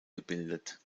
gebildet